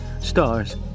stars